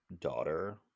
daughter